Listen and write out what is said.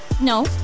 No